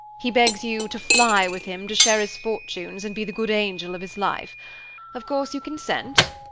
he begs you to fly with him, to share his fortunes, and be the good angel of his life of course you consent?